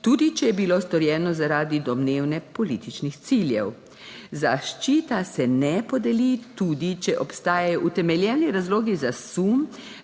tudi če je bilo storjeno, zaradi domnevne političnih ciljev. Zaščita se ne podeli, tudi če obstajajo utemeljeni razlogi za sum,